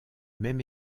même